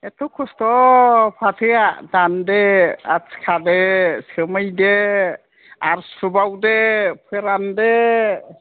एथ' खस्थ' फाथोआ दानदो आथि खादो सोमहैदो आरो सुबावदो फोरानदो